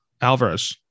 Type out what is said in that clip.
Alvarez